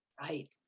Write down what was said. right